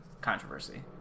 controversy